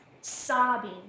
sobbing